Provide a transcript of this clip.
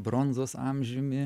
bronzos amžiumi